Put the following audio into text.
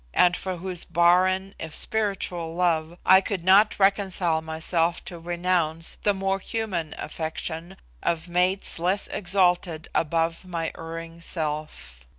and for whose barren, if spiritual love, i could not reconcile myself to renounce the more human affection of mates less exalted above my erring self.